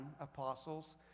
apostles